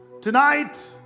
Tonight